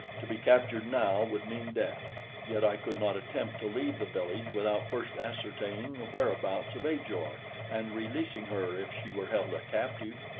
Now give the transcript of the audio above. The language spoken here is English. to be captured now would mean death yet i could not attempt to leave the village without first ascertaining the whereabouts of ajor and releasing her if she were held a captive.